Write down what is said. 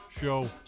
show